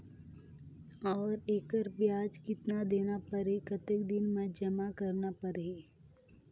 और एकर ब्याज कतना देना परही कतेक दिन मे जमा करना परही??